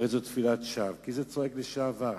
הרי זאת תפילה שווא, כי זה צועק לשעבר.